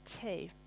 two